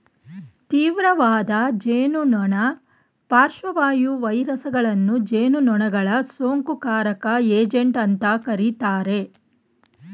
ತೀವ್ರವಾದ ಜೇನುನೊಣ ಪಾರ್ಶ್ವವಾಯು ವೈರಸಗಳನ್ನು ಜೇನುನೊಣಗಳ ಸೋಂಕುಕಾರಕ ಏಜೆಂಟ್ ಅಂತ ಕರೀತಾರೆ